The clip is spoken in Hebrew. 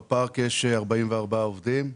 בפארק יש 44 עובדים,